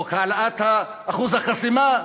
חוק העלאת אחוז החסימה,